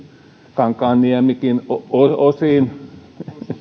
kankaanniemikin osin